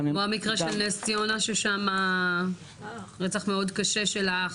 כמו המקרה של נס ציונה ששם רצח מאוד קשה של האח.